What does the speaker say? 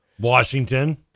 Washington